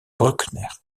bruckner